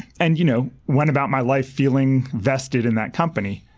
and you know went about my life feeling vested in that company.